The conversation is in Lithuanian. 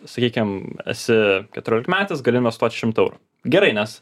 sakykim esi keturiolikmetis gali investuot šimtą eurų gerai nes